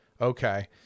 Okay